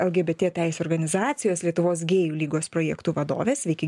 lgbt teisių organizacijos lietuvos gėjų lygos projektų vadovė sveiki